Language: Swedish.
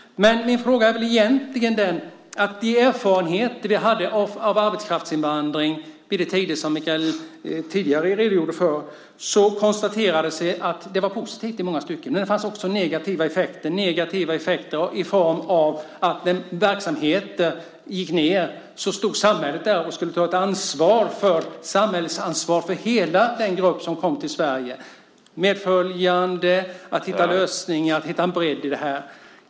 Min fråga gäller egentligen de erfarenheter vi hade av arbetskraftsinvandring vid de tillfällen som Mikael tidigare redogjorde för. Det konstaterades att det var positivt i många stycken, men det fanns också negativa effekter i form av att när verksamheter gick ned stod samhället där och skulle ta ett ansvar för hela den grupp som kom till Sverige med medföljande för att hitta lösningar och en bredd i det.